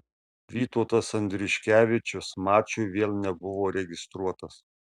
vytautas andriuškevičius mačui vėl nebuvo registruotas